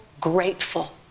grateful